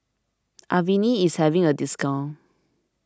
Avene is having a discount